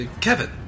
Kevin